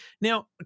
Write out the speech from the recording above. now